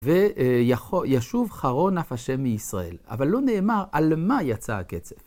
וישוב חרון אף אשם מישראל, אבל לא נאמר על מה יצא הקצף.